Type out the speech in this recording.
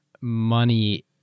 money